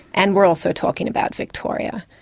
and we are also talking about victoria.